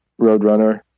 Roadrunner